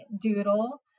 Doodle